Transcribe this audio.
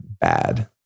bad